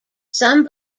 some